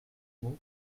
mots